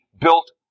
built